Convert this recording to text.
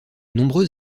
nombreux